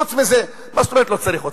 חוץ מזה, מה זאת אומרת לא צריך אתכם?